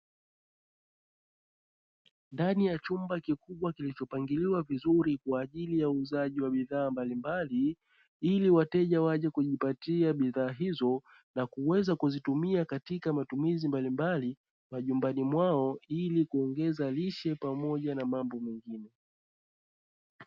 Ndani ya chumba kikubwa kilicho pangiliwa vizuri kwaajili ya uuzaji wa bidhaa mbalimbali, ili wateja waje kujipatia bidhaa hizo na kuweza kuzitumia katika matumizi mbalimbali majumbani mwao, ili kuongeza lishe pamioja na mambo mengine.